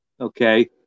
Okay